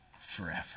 forever